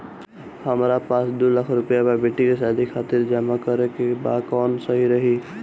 हमरा पास दू लाख रुपया बा बेटी के शादी खातिर जमा करे के बा कवन सही रही?